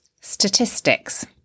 statistics